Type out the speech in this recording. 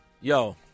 yo